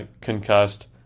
concussed